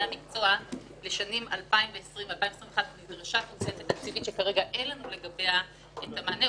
המקצוע לשנים 2021-2020 נדרשה תוספת תקציבית שכרגע אין לנו לגביה מענה.